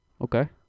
Okay